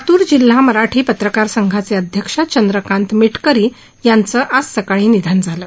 लातूर जिल्हा मराठी पत्रकार संघाचे अध्यक्ष चंद्रकात मिटकरी याचं आज सकाळी निधन झालं